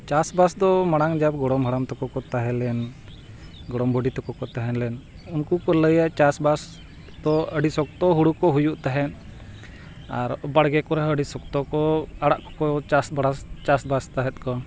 ᱪᱟᱥᱼᱵᱟᱥ ᱫᱚ ᱢᱟᱲᱟᱝ ᱡᱟᱵᱽ ᱜᱚᱲᱚᱢ ᱦᱟᱲᱟᱢ ᱛᱟᱠᱚ ᱠᱚ ᱛᱟᱦᱮᱸ ᱞᱮᱱ ᱜᱚᱲᱚᱢ ᱵᱩᱰᱷᱤ ᱛᱟᱠᱚ ᱠᱚ ᱛᱟᱦᱮᱸ ᱞᱮᱱ ᱩᱱᱠᱩ ᱠᱚ ᱞᱟᱹᱭᱟ ᱪᱟᱥᱼᱵᱟᱥ ᱫᱚ ᱟᱹᱰᱤ ᱥᱚᱠᱛᱚ ᱦᱩᱲᱩ ᱠᱚ ᱦᱩᱭᱩᱜ ᱛᱟᱦᱮᱸᱫ ᱟᱨ ᱵᱟᱲᱜᱮ ᱠᱚᱨᱮ ᱦᱚᱸ ᱟᱹᱰᱤ ᱥᱚᱠᱛᱚ ᱠᱚ ᱟᱲᱟᱜ ᱠᱚᱠᱚ ᱪᱟᱥ ᱵᱟᱲᱟ ᱪᱟᱥᱼᱵᱟᱥ ᱛᱟᱦᱮᱸᱫ ᱠᱚ